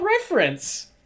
reference